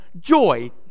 joy